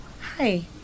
Hi